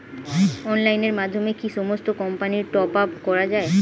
অনলাইনের মাধ্যমে কি সমস্ত কোম্পানির টপ আপ করা যায়?